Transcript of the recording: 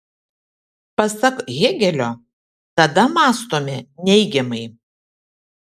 pasak hėgelio tada mąstome neigiamai